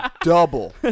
double